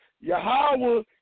Yahweh